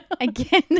Again